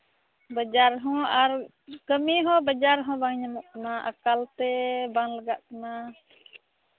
ᱵᱟᱡᱟᱨ ᱦᱚᱸ ᱟᱨ ᱠᱟᱹᱢᱤ ᱦᱚᱸ ᱵᱟᱡᱟᱨ ᱦᱚᱸ ᱵᱟᱝ ᱧᱟᱢᱚᱜ ᱠᱟᱱᱟ ᱟᱠᱟᱞᱛᱮ ᱵᱟᱝ ᱞᱟᱜᱟᱜ ᱠᱟᱱᱟ